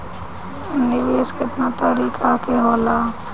निवेस केतना तरीका के होला?